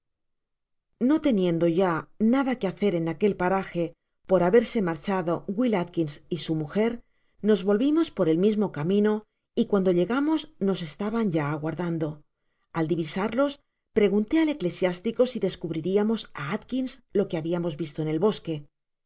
no teniendo ya nada que hacer en aquel paraje por haberse marchado will atkins y su mujer nos volvimos por el mismo camino y cuando llegamos nos estaban ya aguardando al divisarlos pregunte al eclesiástico si descubririamos á atkins lo que habiamos visto en el bosque